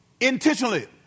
intentionally